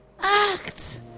Act